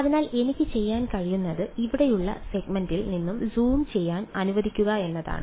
അതിനാൽ എനിക്ക് ചെയ്യാൻ കഴിയുന്നത് ഇവിടെയുള്ള സെഗ്മെന്റിൽ ഒന്ന് സൂം ചെയ്യാൻ അനുവദിക്കുക എന്നതാണ്